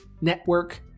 NETWORK